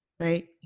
Right